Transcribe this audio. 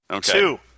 Two